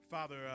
Father